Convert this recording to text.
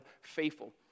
Faithful